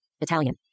Italian